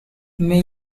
may